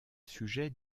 sujet